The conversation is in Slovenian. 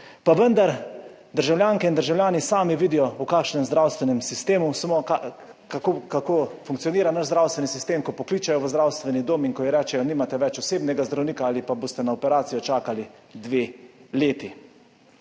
Pa vendar državljanke in državljani sami vidijo, v kakšnem zdravstvenem sistemu smo, kako funkcionira naš zdravstveni sistem, ko pokličejo v zdravstveni dom in ko rečejo, nimate več osebnega zdravnika ali pa na operacijo boste čakali dve leti.